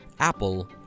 Apple